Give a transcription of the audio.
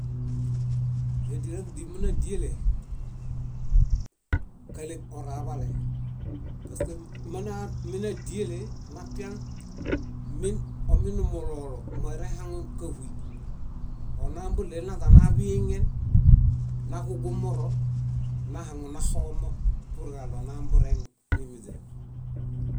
Yádilaḃudi mínadiele, káleb oraḃale paske mínadiele napiaŋ. Min ominimulolo morehaŋun káhuy. Onambuɭenaźanaḃiŋen, naġugumoro, nahaŋunaxomo purġaɭo nambureŋ mímiźe.